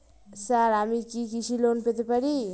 Sir আমি কি কৃষি লোন পেতে পারি?